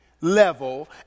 level